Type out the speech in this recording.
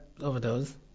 overdose